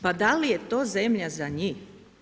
Pa da li je to zemlja za njih?